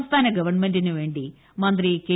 സംസ്കാന് ഗവൺമെന്റിനുവേണ്ടി മന്ത്രി കെ